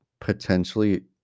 potentially